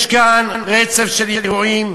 יש כאן רצף של אירועים,